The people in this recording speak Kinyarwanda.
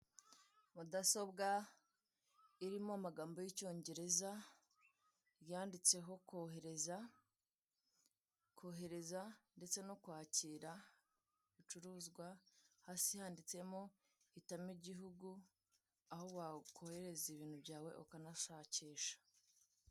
Mudasobwa irimo amagambo y'Icyongereza yatseho'' kohereza, kohereza ndetse no kwakira ibicuruzwa'' hasi handitsemo ''hitamo igihugu aho wakohereza ibintu byawe ukanashakisha.